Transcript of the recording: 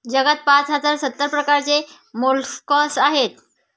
जगात पाच हजार सत्तर प्रकारचे मोलस्कास आहेत